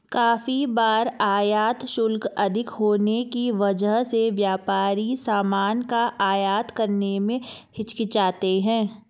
काफी बार आयात शुल्क अधिक होने की वजह से व्यापारी सामान का आयात करने में हिचकिचाते हैं